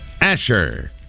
Asher